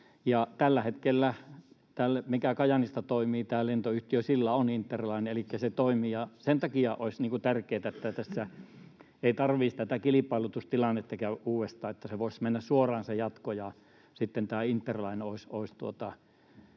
Tällä hetkellä tällä Kajaanista toimivalla lentoyhtiöllä on interline, elikkä se toimii. Sen takia olisi tärkeää, että ei tarvitsisi tätä kilpailutustilannetta käydä uudestaan, jotta se jatko voisi mennä suoraan ja sitten tämä interline olisi